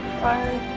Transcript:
Bye